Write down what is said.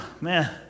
man